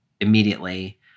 immediately